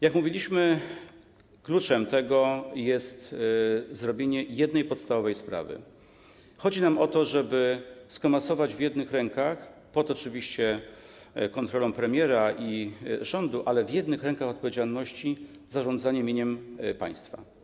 Jak mówiliśmy, kluczowe jest przeprowadzenie jednej podstawowej sprawy - chodzi nam o to, żeby skomasować w jednych rękach, oczywiście pod kontrolą premiera i rządu, ale w jednych rękach, odpowiedzialność za zarządzanie mieniem państwa.